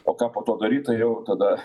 o ką po to daryt tai jau tada